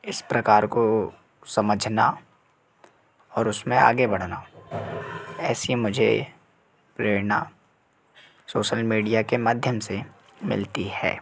इस प्रकार को समझना और उसमें आगे बढ़ना ऐसी मुझे प्रेरणा सोसल मीडिया के माध्यम से मिलती है